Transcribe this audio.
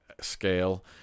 scale